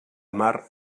mar